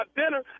dinner